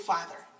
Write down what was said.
Father